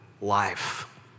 life